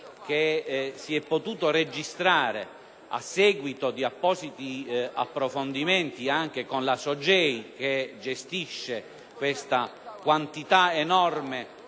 positivo registrato a seguito di appositi approfondimenti anche con la Sogei, che gestisce questa quantitaenorme